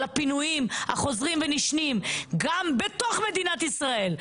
הפינויים החוזרים ונשנים גם בתוך מדינת ישראל.